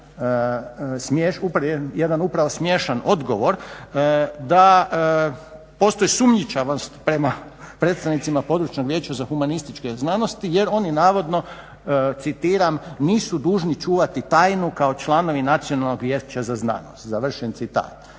jedan upravo smiješan odgovor da postoji sumnjičavost prema predsjednicima Područnog vijeća za humanističke znanosti jer oni navodno, citiram, nisu dužni čuvati tajnu kao članovi Nacionalnog vijeća za znanost, završen citat.